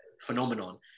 phenomenon